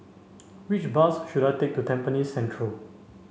which bus should I take to Tampines Central